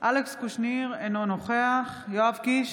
אלכס קושניר, אינו נוכח יואב קיש,